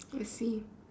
let's see